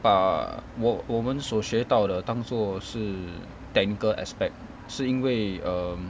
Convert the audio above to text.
把我我们所学到的当作是 technical aspect 是因为 um